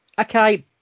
Okay